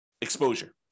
exposure